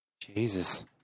Jesus